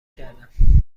کردم